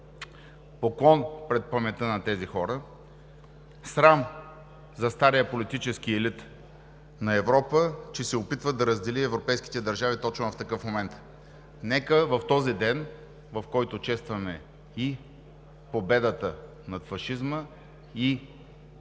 Поклон пред паметта на тези хора! Срам за стария политически елит на Европа, че се опитва да раздели европейските държави точно в такъв момент. Нека в този ден, в който честваме и победата над фашизма, и